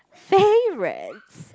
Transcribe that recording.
favourite